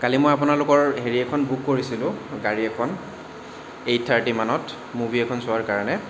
কালি মই আপোনালোকৰ হেৰি এখন বুক কৰিছিলোঁ গাড়ী এখন এইট থাৰ্টি মানত মুভি এখন চোৱাৰ কাৰণে